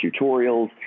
tutorials